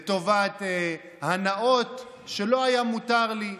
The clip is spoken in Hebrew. לטובת הנאות שלא היה מותר לי להוציא.